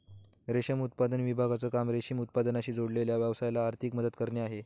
रेशम उत्पादन विभागाचं काम रेशीम उत्पादनाशी जोडलेल्या व्यवसायाला आर्थिक मदत करणे आहे